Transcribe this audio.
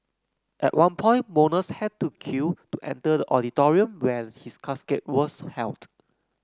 at one point mourners had to queue to enter the auditorium where his casket was held